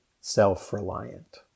self-reliant